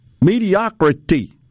mediocrity